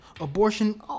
abortion